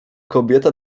kobieta